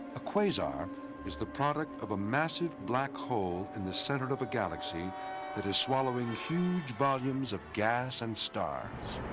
a quasar is the product of a massive black hole in the center of a galaxy that is swallowing huge volumes of gas and stars.